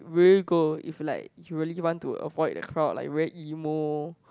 where you go if like you really want to avoid the crowd like very emo